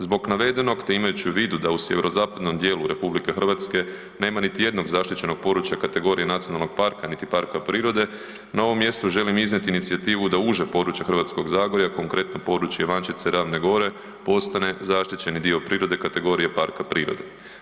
Zbog navedenog te imajući u vidu da u sjeverozapadnom dijelu RH nema niti jednog zaštićenog područja kategorije nacionalnog parka niti parka prirode, na ovom mjestu želim iznijeti inicijativu da uže područje Hrvatskog zagorja, konkretno područje Ivančice, Ravne gore postane zaštićeni dio prirodne kategorije parka prirode.